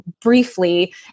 briefly